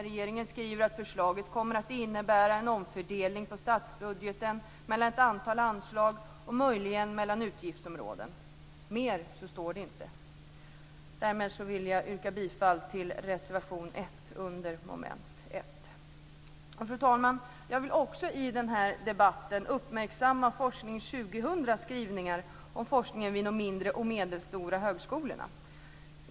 Regeringen skriver att förslaget kommer att innebära en omfördelning av statsbudgeten till ett antal anslag och möjligen mellan utgiftsområden. Mer står det inte. Därmed yrkar jag bifall till reservation 1 under mom. 1. Fru talman! Jag vill också i den här debatten uppmärksamma skrivningarna i Forskning 2000 om forskningen vid de mindre och medelstora högskolorna.